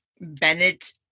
Bennett